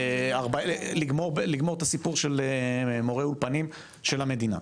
לגמור את הסיפור של מורי אולפנים של המדינה.